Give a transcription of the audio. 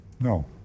No